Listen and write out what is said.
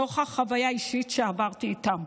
נוכח חוויה אישית שעברתי איתם.